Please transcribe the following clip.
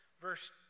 Verse